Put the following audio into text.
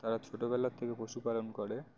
তারা ছোটোবেলার থেকে পশুপালন করে